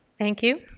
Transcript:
thank you.